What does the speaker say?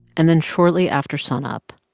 and then shortly after sunup,